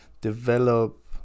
develop